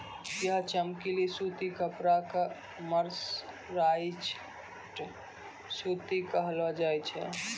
यही चमकीला सूती कपड़ा कॅ मर्सराइज्ड सूती कहलो जाय छै